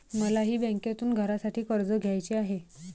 मलाही बँकेतून घरासाठी कर्ज घ्यायचे आहे